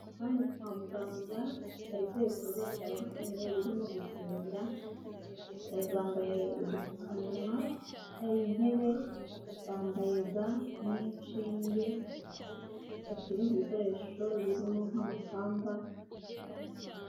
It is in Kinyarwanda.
Aha ni kwa muganga hari ibikorwa bitandukanye birimo gukingira, babiri bambaye udupfukamunwa, hari intebe, bambaye ga n'inshinge, bafite ibindi bikoresho birimo nk'amapamba..